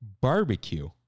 barbecue